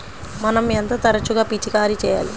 మనం ఎంత తరచుగా పిచికారీ చేయాలి?